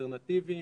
אלטרנטיביים